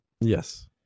yes